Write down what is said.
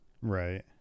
right